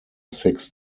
six